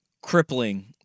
crippling